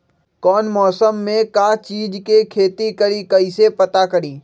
कौन मौसम में का चीज़ के खेती करी कईसे पता करी?